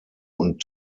und